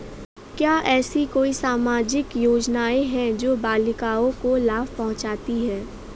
क्या ऐसी कोई सामाजिक योजनाएँ हैं जो बालिकाओं को लाभ पहुँचाती हैं?